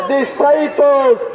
disciples